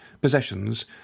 possessions